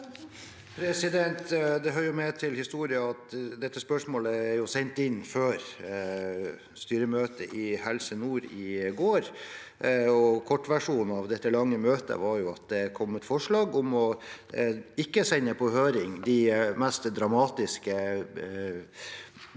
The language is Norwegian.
Det hører med til his- torien at dette spørsmålet er sendt inn før styremøtet i Helse nord i går. Kortversjonen av det lange møtet er at det kom forslag om å ikke sende på høring de mest dramatiske pakkene,